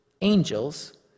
angels